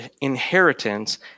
inheritance